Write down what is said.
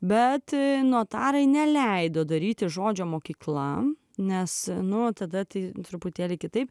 bet notarai neleido daryti žodžio mokykla nes nuo tada tai truputėlį kitaip